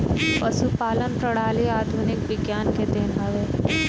पशुपालन प्रणाली आधुनिक विज्ञान के देन हवे